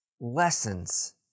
lessons